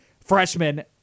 freshman